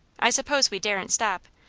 i suppose we daren't stop.